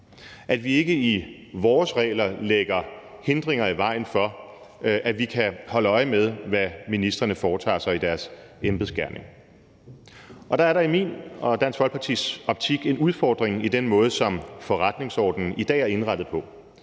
at vi ikke i vores regler lægger hindringer i vejen for, at vi kan holde øje med, hvad ministrene foretager sig i deres embedsgerning. Der er der i min og Dansk Folkepartis optik en udfordring i den måde, som forretningsordenen i dag er indrettet på,